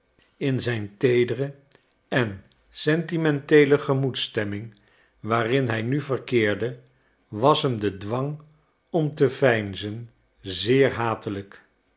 in zijn teedere en sentimenteele gemoedsstemming waarin hij nu verkeerde was hem de dwang om te veinzen zeer hatelijk